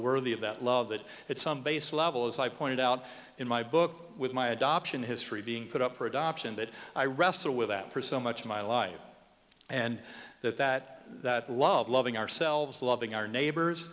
worthy of that love that at some basic level as i pointed out in my book with my adoption history being put up for adoption that i wrestle with that for so much of my life and that that that love loving ourselves loving our neighbors